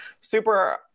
super